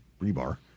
rebar